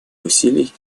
усилий